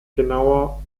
genauer